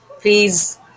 please